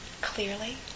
clearly